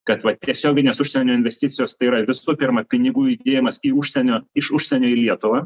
kad vat tiesioginės užsienio investicijos tai yra visų pirma pinigų judėjimas į užsienio iš užsienio į lietuvą